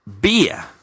beer